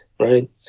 Right